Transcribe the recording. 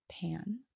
Pan